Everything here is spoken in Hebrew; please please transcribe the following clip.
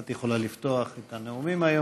את יכולה לפתוח את הנאומים היום.